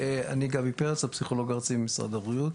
אני הפסיכולוג הארצי במשרד הבריאות.